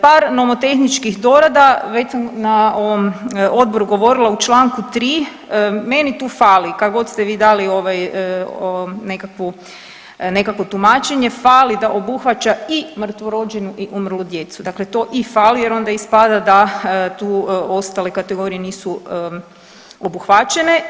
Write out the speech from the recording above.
Par nomotehničkih dorada, već sam na ovom odboru govorila, u čl. 3. meni tu fali kak god ste vi dali ovaj, ovo nekakvu, nekakvo tumačenje, fali da obuhvaća i mrtvorođenu i umrlu djecu, dakle to i fali jer onda ispada da tu ostale kategorije nisu obuhvaćene.